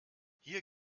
hier